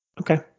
Okay